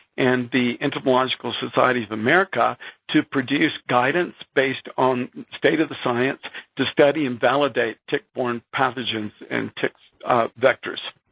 and the entomological society of america to produce guidance based on state of the science to study and validate tick-borne pathogens and ticks vectors.